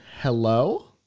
Hello